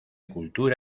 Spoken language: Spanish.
cultura